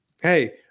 Hey